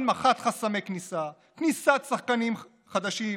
הנמכת חסמי כניסה, כניסת שחקנים חדשים,